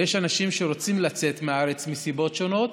יש אנשים שרוצים לצאת מהארץ מסיבות שונות